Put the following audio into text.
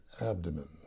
abdomen